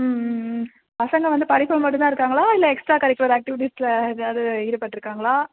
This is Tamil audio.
ம் ம் ம் பசங்க வந்து படிப்பில் மட்டுந்தான் இருக்காங்களா இல்லை எக்ஸ்ட்ரா கரிக்குலர் ஆக்டிவிட்டிஸில் ஏதாவது ஈடுபட்டிருக்காங்களா